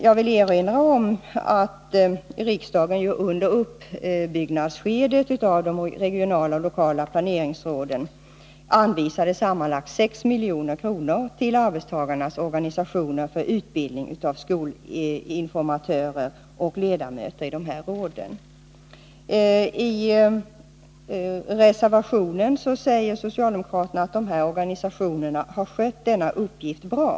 Jag vill erinra om att under uppbyggnadsskedet i fråga om de regionala och lokala planeringsråden anvisade riksdagen sammanlagt 6 milj.kr. till arbetstagarnas organisationer för utbildning av skolinformatörer och ledamöter i dessa råd. I reservation 2 säger socialdemokraterna att dessa organisationer har skött denna uppgift bra.